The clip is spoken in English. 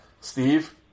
Steve